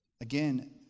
Again